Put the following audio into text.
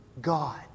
God